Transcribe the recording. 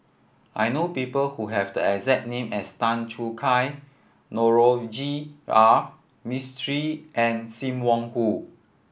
I know people who have the exact name as Tan Choo Kai Navroji R Mistri and Sim Wong Hoo